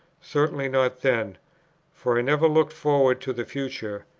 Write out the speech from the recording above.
certainly not then for i never looked forward to the future,